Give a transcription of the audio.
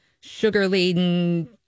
sugar-laden